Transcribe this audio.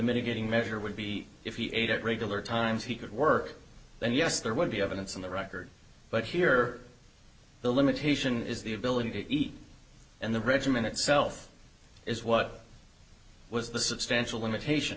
mitigating measure would be if he ate at regular times he could work then yes there would be evidence on the record but here the limitation is the ability to eat and the regimen itself is what was the substantial limitation